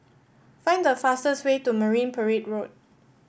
find the fastest way to Marine Parade Road